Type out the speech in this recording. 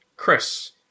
Chris